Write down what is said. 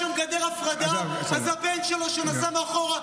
קמפיין: הנהג אשם, שנכניס את הנהג לכלא.